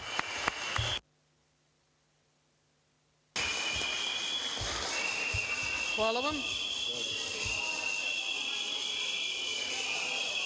Pogledajte